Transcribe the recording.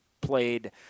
played